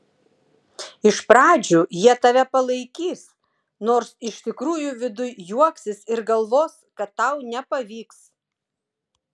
iš pradžių jie tave palaikys nors iš tikrųjų viduj juoksis ir galvos kad tau nepavyks